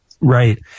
Right